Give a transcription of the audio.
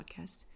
podcast